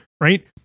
right